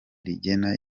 rigena